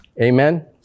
Amen